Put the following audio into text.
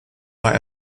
war